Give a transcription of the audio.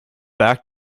back